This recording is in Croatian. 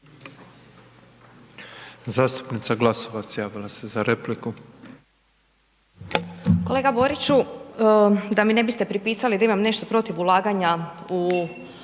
Zastupnica Glasovac javila se za repliku. **Glasovac, Sabina (SDP)** Kolega Boriću, da mi ne biste pripisali da imam nešto protiv ulaganja u